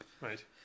Right